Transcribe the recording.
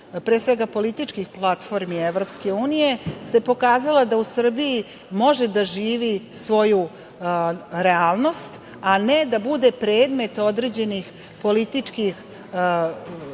pre svega političkih platformi Evropske unije, pokazala da u Srbiji može da živi svoju realnost, a ne da bude predmet određenih političkih